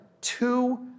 two